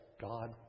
God